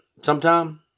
sometime